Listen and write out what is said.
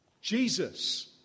Jesus